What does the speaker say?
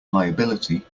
liability